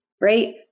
Right